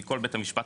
מכל בית המשפט,